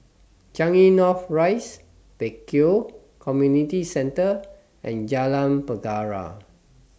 Changi North Rise Pek Kio Community Centre and Jalan Penjara